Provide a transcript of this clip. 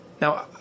Now